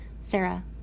sarah